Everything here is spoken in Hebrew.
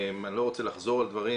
אני לא רוצה לחזור על דברים,